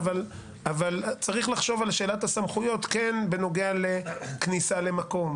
צריך לחשוב על שאלת הסמכויות בנוגע לכניסה למקום.